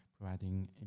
providing